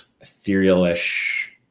ethereal-ish